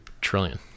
trillion